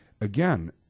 again